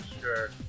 sure